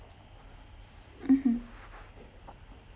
mmhmm